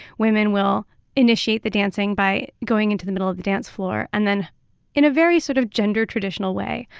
women will initiate the dancing by going into the middle of the dance floor and then in a very sort of gender traditional way,